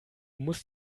musst